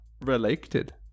related